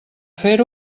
fer